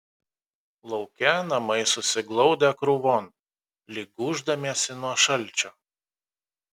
lauke namai susiglaudę krūvon lyg gūždamiesi nuo šalčio